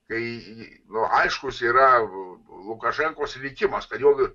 kai ji nu aiškus yra lukašenkos veikimas kad juodu